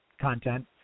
content